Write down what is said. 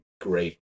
great